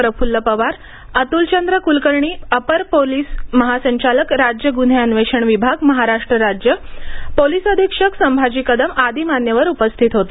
प्रफुल्ल पवार अतुलचंद्र कुलकर्णी अपर पोलीस महासंचालक राज्य गुन्हे अन्वेषण विभाग महाराष्ट्र राज्य पोलीस अधीक्षक संभाजी कदम आदी मान्यवर उपस्थित होते